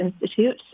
institute